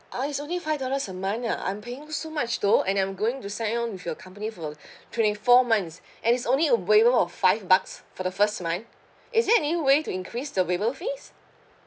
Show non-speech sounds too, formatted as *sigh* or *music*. ah it's only five dollars a month ah I'm paying so much though and I'm going to sign on with your company for *breath* twenty four months and it's only a waiver of five bucks for the first month is there any way to increase the waiver fees